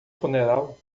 funeral